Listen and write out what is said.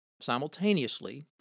simultaneously